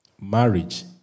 Marriage